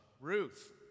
Ruth